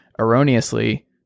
erroneously